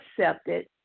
accepted